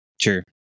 Sure